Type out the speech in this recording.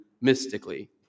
mystically